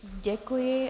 Děkuji.